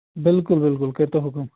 بِلکُل بِلکُل کٔرۍتو حُکُم